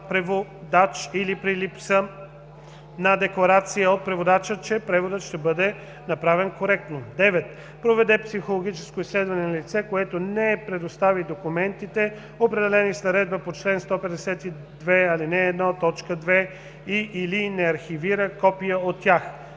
преводач или при липса на декларация от преводача, че преводът ще бъде направен коректно; 9. проведе психологическо изследване на лице, което не представи документите, определени с наредбата по чл. 152, ал. 1, т. 2, и/или не архивира копия от тях.“